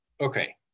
Okay